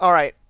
um right,